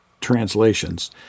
translations